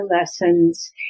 lessons